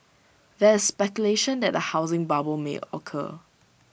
there is speculation that A housing bubble may occur